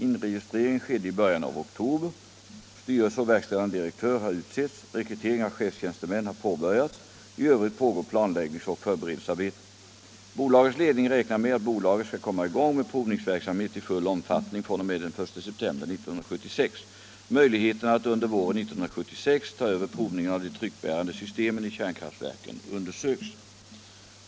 Inregistrering skedde i början av oktober. Styrelse och verkställande direktör har utsetts. Rekrytering av chefstjänstemän har påbörjats. I övrigt pågår planläggningsoch förberedelsearbete. Bolagets ledning räknar med att bolaget skall komma i gång med provningsverksamhet i full omfattning fr.o.m. den 1 september 1976. Möjligheterna att under våren 1976 ta över provningen av de tryckbärande systemen i kärnkraftverken undersöks.